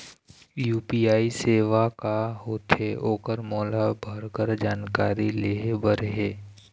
UPI सेवा का होथे ओकर मोला भरभर जानकारी लेहे बर हे?